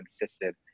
insisted